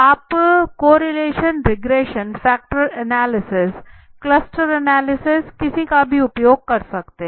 आप correlation regression factor analysis cluster analysis किसी का भी उपयोग कर सकते हैं